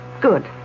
Good